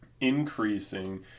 increasing